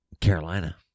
Carolina